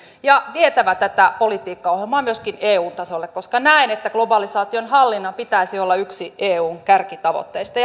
ja vietävä tätä politiikkaohjelmaa myöskin eu tasolle koska näen että globalisaation hallinnan pitäisi olla yksi eun kärkitavoitteista